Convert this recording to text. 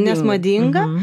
nes madinga